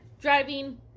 driving